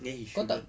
then he shouldn't